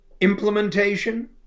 implementation